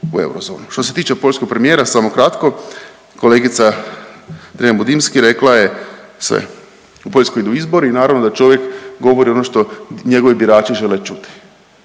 u eurozonu. Što se tiče poljskog premijera samo kratko, kolegica Dreven-Budinski rekla je u Poljskoj idu izbori i naravno da čovjek govori ono što njegovi birači žele čuti,